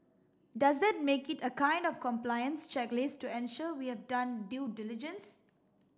does that make it a kind of compliance checklist to ensure we have done due diligence